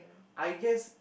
I guess